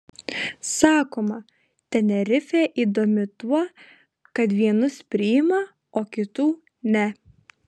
sakoma tenerifė įdomi tuo kad vienus priima o kitų ne